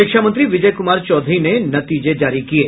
शिक्षा मंत्री विजय कुमार चौधरी ने नतीजे जारी किये